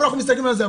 אנחנו מסתכלים על זה,